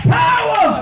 power